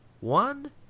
one